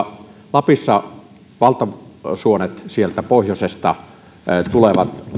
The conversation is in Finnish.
lapissa valtasuonet sieltä pohjoisesta tulevat